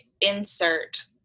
insert